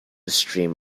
stream